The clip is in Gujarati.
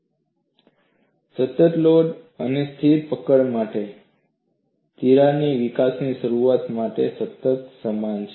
બરડ સામગ્રીમાં તિરાડ શાખાઓ સતત લોડ અને સ્થિર પકડ બંને માટે તિરાડ વિકાસની શરૂઆત માટેની શરત સમાન છે